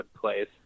place